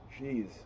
jeez